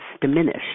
diminished